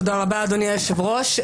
תודה רבה, אדוני היושב-ראש.